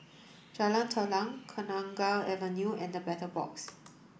Jalan Telang Kenanga Avenue and The Battle Box